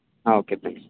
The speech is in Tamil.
ah okay thank you